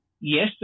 Yes